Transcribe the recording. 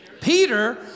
Peter